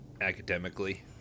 academically